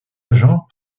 agent